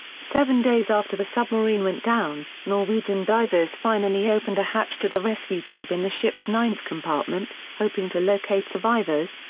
seven days after the submarine went down, norwegian divers finally opened a hatch to the rescue tube in the ship's ninth compartment, hoping to locate survivors,